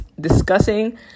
discussing